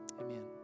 Amen